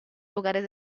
lugares